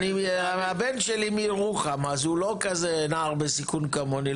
הבן שלי מירוחם אז הוא לא כזה נער בסיכון כמוני,